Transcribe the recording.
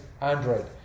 Android